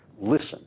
Listen